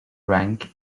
rank